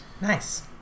Nice